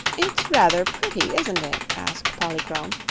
it's rather pretty, isn't it? asked polychrome,